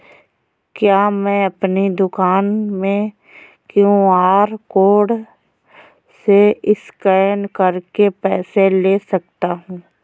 क्या मैं अपनी दुकान में क्यू.आर कोड से स्कैन करके पैसे ले सकता हूँ?